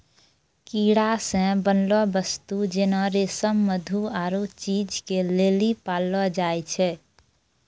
कीड़ा से बनलो वस्तु जेना रेशम मधु आरु चीज के लेली पाललो जाय छै